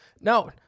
no